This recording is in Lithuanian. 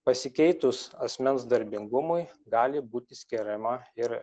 pasikeitus asmens darbingumui gali būti skiriama ir